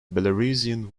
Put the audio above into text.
belarusian